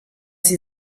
sie